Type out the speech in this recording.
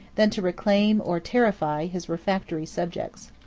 than to reclaim, or terrify, his refractory subjects.